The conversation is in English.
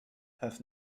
have